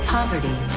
Poverty